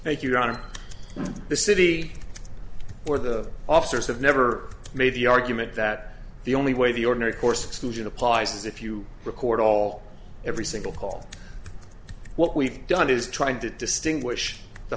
thank you out of the city or the officers have never made the argument that the only way the ordinary course solution applies if you record all every single call what we've done is trying to distinguish the